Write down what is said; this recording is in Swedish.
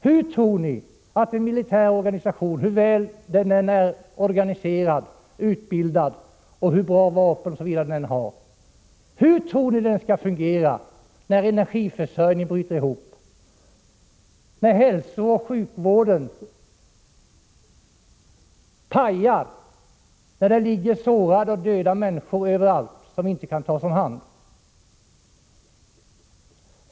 Hur tror ni att en militär organisation — hur väl den än är organiserad, hur god utbildningen än är och hur bra vapen man än har — skall kunna fungera när energiförsörjningen bryter ihop, när hälsooch sjukvården pajar, medan det ligger sårade och döda människor överallt, som inte kan tas om hand.